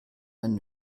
einen